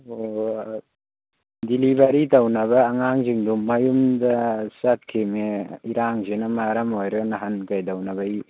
ꯑꯣ ꯗꯦꯂꯤꯚꯔꯤ ꯇꯧꯅꯕ ꯑꯉꯥꯡꯤꯡꯗꯣ ꯃꯌꯨꯝꯗ ꯆꯠꯈꯤꯅꯦ ꯏꯔꯥꯡꯁꯤꯅ ꯃꯔꯝ ꯑꯣꯏꯔꯒ ꯅꯍꯥꯟ ꯀꯩꯗꯧꯅꯕꯩ